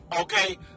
Okay